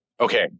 okay